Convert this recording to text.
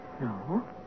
No